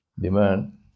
Demand